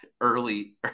early